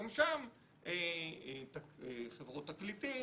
גם שם חברות תקליטים